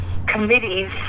Committees